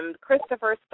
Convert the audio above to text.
Christopher